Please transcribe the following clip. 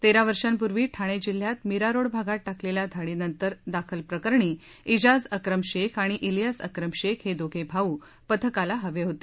तेरा वर्षांपूर्वी ठाणे जिल्ह्यात मीरा रोड भागात टाकलेल्या धाडीनंतर दाखल प्रकरणी इजाज अक्रम शेख आणि इलियास अक्रम शेख हे दोघे भाऊ पथकाला हवे होते